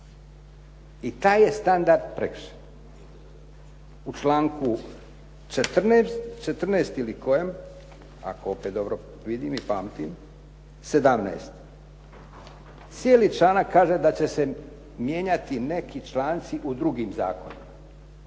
i taj je standard prekršen u članku 14. ili kojem, ako opet dobro vidim i pamtim, 17. cijeli članak kaže da će se mijenjati neki članci u drugim zakonima.